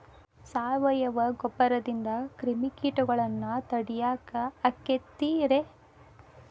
ಸಾವಯವ ಗೊಬ್ಬರದಿಂದ ಕ್ರಿಮಿಕೇಟಗೊಳ್ನ ತಡಿಯಾಕ ಆಕ್ಕೆತಿ ರೇ?